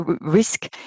risk